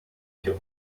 cyo